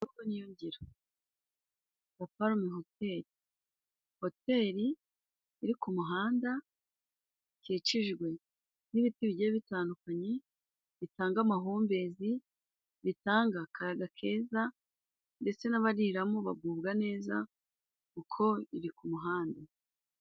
Imvugo ni yo ngiro. Paparume hoteli, hoteil iri ku kumuhanda, ikikijwe n'ibiti bigiye bitandukanye bitanga amahumbezi, bitanga akayaga keza ndetse n'abariramo bagubwa nezau kuko iri ku muhanda.